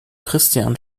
christian